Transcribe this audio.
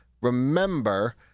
remember